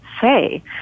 say